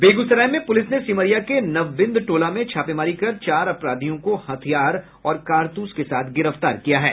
बेगूसराय में पुलिस ने सिमरिया के नवबिंद टोला में छापेमारी कर चार अपराधियों को हथियार और कारतूस के साथ गिरफ्तार किया है